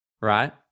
Right